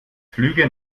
flüge